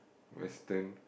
Western